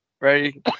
ready